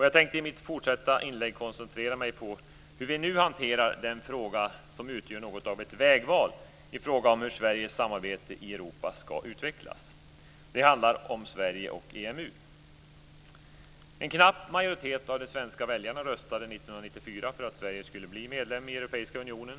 Jag tänker i mitt fortsatta inlägg koncentrera mig på hur vi nu hanterar den fråga som utgör något av ett vägval i fråga om hur Sveriges samarbete i Europa ska utvecklas. Det handlar om Sverige och 1994 för att Sverige skulle bli medlem i Europeiska unionen.